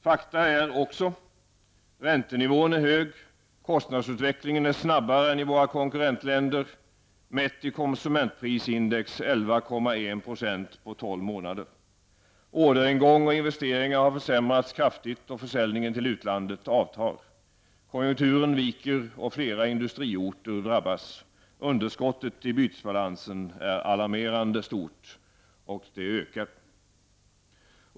Fakta är också: hög räntenivå och en snabbare kostnadsutveckling än i våra konkurrentländer -- Orderingång och investeringar har försämrats kraftigt och försäljningen till utlandet avtar. Konjunkturen viker och flera industriorter drabbas. Underskottet i bytesbalansen är alarmerande stort, och det ökar.